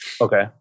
Okay